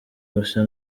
gusa